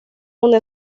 una